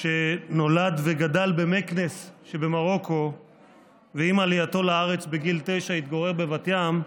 שנולד וגדל במקנס שבמרוקו ועם עלייתו לארץ בגיל תשע התגורר בבת ים,